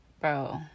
bro